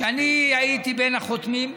שאני הייתי בין החותמים עליה.